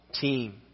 team